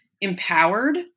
empowered